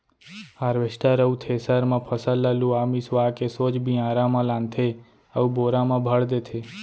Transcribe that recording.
harvester अउ thresher म फसल ल लुवा मिसवा के सोझ बियारा म लानथे अउ बोरा म भर देथे